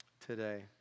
today